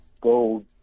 gold